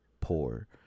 poor